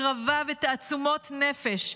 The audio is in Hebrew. הקרבה ותעצומות נפש.